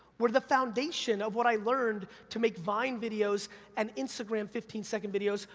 were the foundation of what i learned to make vine videos and instagram fifteen second videos,